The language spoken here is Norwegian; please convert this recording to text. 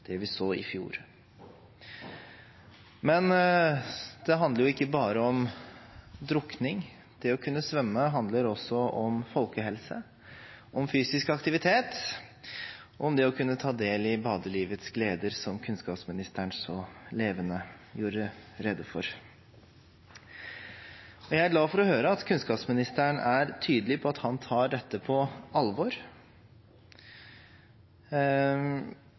det vi så i fjor. Det handler ikke bare om drukning. Det å kunne svømme handler også om folkehelse, om fysisk aktivitet, om det å kunne ta del i badelivets gleder, som kunnskapsministeren så levende gjorde rede for. Jeg er glad for å høre at kunnskapsministeren er tydelig på at han tar dette